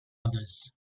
others